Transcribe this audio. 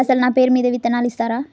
అసలు నా పేరు మీద విత్తనాలు ఇస్తారా?